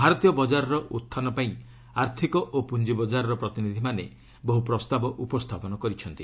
ଭାରତୀୟ ବଜାରର ଉହ୍ଚାନ ପାଇଁ ଆର୍ଥିକ ଓ ପୁଞ୍ଜିବଜାରର ପ୍ରତିନିଧିମାନେ ବହୁ ପ୍ରସ୍ତାବ ଉପସ୍ଥାପନ କରିଥିଲେ